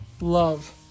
love